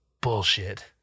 bullshit